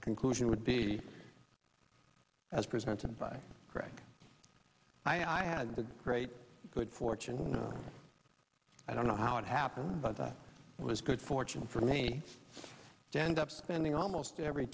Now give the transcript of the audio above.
the conclusion would be as presented by greg i had the great good fortune i don't know how it happened but that was good fortune for me to end up spending almost every